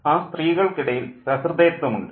ആ സ്ത്രീകൾക്കിടയിൽ സഹൃദയത്വമുണ്ട്